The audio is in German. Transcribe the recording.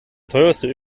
teuerste